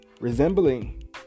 resembling